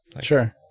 Sure